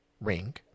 ring